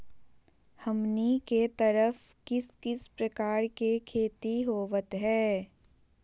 हमनी के तरफ किस किस प्रकार के खेती होवत है?